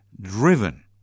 driven